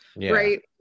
Right